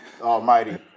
Almighty